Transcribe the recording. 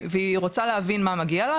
והיא רוצה להבין מה מגיע לה,